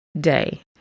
day